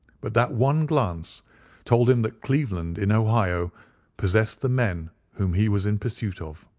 but that one glance told him that cleveland in ohio possessed the men whom he was in pursuit of.